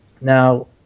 Now